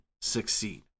succeed